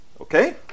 Okay